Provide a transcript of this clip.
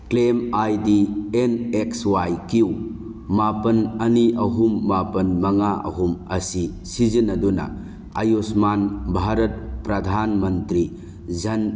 claim I D N X Y Q ꯃꯥꯄꯜ ꯑꯅꯤ ꯑꯍꯨꯝ ꯃꯥꯄꯜ ꯃꯉꯥ ꯑꯍꯨꯝ ꯑꯁꯤ ꯁꯤꯖꯤꯟꯅꯗꯨꯅ ꯑꯌꯨꯁꯃꯥꯟ ꯚꯥꯔꯠ ꯄ꯭ꯔꯥꯙꯥꯟ ꯃꯟꯇ꯭ꯔꯤ ꯖꯟ